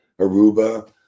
Aruba